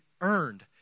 earned